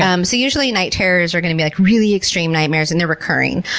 um so usually night terrors are going to be like really extreme nightmares and they're recurring.